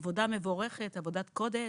עבודה מבורכת, עבודת קודש,